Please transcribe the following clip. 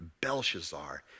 Belshazzar